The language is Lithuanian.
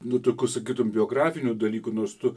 nu tokių sakytum biografinių dalykų nors tu